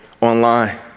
online